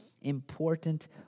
important